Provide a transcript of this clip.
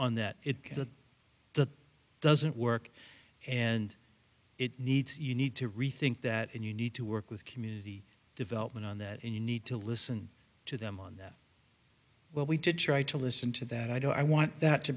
on that it doesn't work and it needs you need to rethink that and you need to work with community development on that and you need to listen to them on that well we did try to listen to that i don't i want that to